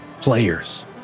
players